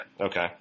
Okay